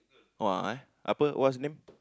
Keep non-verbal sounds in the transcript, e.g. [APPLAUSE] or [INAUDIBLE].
oh [NOISE] eh apa what's the name